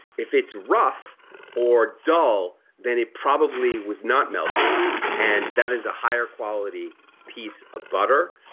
if it's rough or dull then it probably was not melted and that is a higher quality piece of butter.